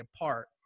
apart